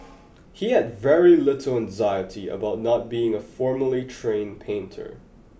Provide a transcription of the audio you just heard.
he had very little anxiety about not being a formally trained painter